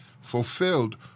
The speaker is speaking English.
fulfilled